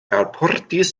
alportis